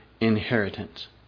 inheritance